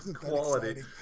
quality